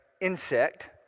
insect